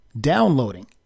downloading